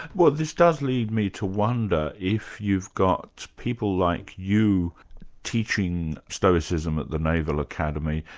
well this does lead me to wonder if you've got people like you teaching stoicism at the naval academy,